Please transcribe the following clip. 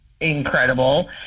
incredible